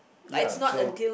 ya so